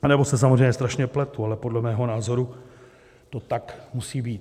Anebo se samozřejmě strašně pletu, ale podle mého názoru to tak musí být.